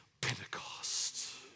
Pentecost